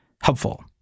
helpful